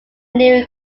newer